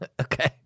Okay